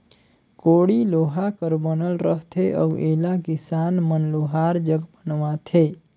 कोड़ी लोहा कर बनल रहथे अउ एला किसान मन लोहार जग बनवाथे